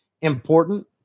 important